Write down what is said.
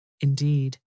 indeed